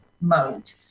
mode